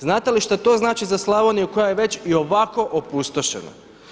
Znate li što to znači za Slavoniju koja je već i ovako opustošena?